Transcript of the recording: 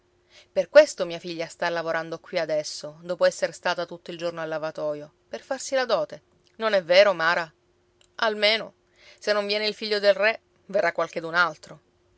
per questo mia figlia sta lavorando qui adesso dopo essere stata tutto il giorno al lavatoio per farsi la dote non è vero mara almeno se non viene il figlio del re verrà